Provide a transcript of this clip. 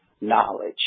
Knowledge